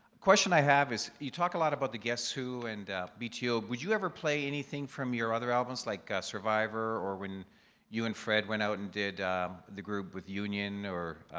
question i have is, you talk a lot about the guess who and bto, would you ever play anything from your other albums like survivor or when you and fred went out and did the group with union or